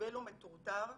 סובל ומטורטר?